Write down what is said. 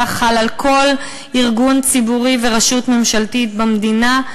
חל על כל ארגון ציבורי ורשות ממשלתית במדינה,